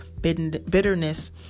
bitterness